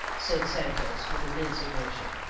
said santos, with immense emotion.